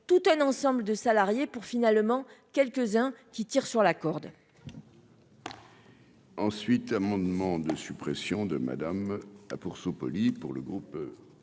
tout un ensemble de salariés pour finalement quelques-uns qui tire sur la corde.